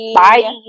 bye